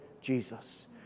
Jesus